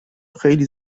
خیلی